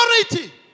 authority